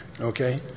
okay